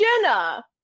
jenna